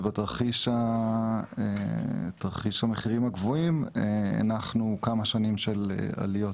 בתרחיש המחירים הגבוהים הנחנו כמה שנים של עליות